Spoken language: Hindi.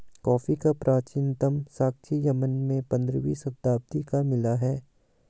कॉफी का प्राचीनतम साक्ष्य यमन में पंद्रहवी शताब्दी का मिला है